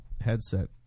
headset